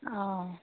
অঁ